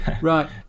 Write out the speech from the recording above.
Right